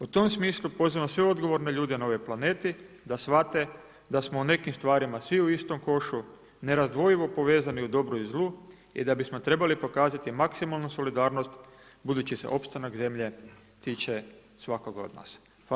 U tom smislu pozivam sve odgovorne ljude na ovaj planeti da shvate da smo u nekim stvarima svi u istom košu, nerazdvojivo povezani u dobru i zlu i da bi smo trebali pokazati maksimalnu solidarnost budući se opstanak zemlje tiče svakoga od nas.